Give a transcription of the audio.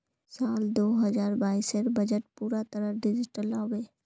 साल दो हजार बाइसेर बजट पूरा तरह डिजिटल हबे